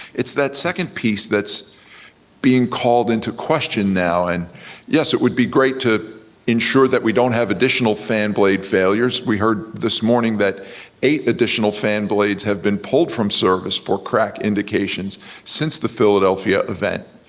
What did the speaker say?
it's that second piece that's being called into question now. and yes, it would be great to ensure that we don't have additional fan blade failures. we heard this morning that eight additional fan blades have been pulled from service for crack indications since the philadelphia event.